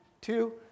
Two